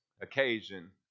occasion